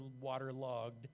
waterlogged